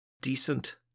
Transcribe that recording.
decent